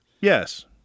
Yes